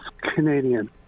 Canadian